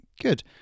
Good